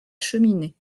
cheminée